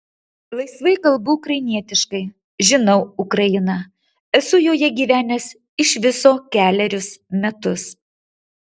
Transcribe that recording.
laisvai kalbu ukrainietiškai žinau ukrainą esu joje gyvenęs iš viso kelerius metus